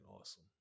awesome